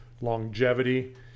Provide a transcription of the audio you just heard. longevity